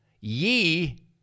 Ye